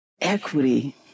Equity